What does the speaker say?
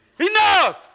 Enough